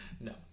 No